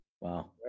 Wow